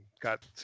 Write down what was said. got